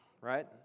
right